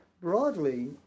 broadly